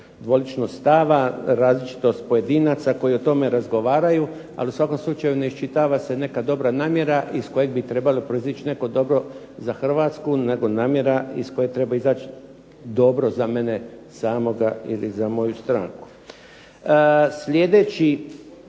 dvoličnost stava, različitost pojedinaca koji o tome razgovaraju, ali u svakom slučaju ne iščitava se neka dobra namjera iz koje bi trebalo proizaći neko dobro za Hrvatsku nego namjera iz koje treba izaći dobro za mene samoga ili za moju stranku. Slijedeći